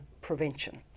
prevention